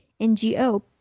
NGO